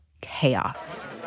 chaos